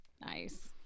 Nice